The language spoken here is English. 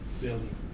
building